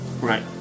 Right